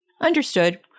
Understood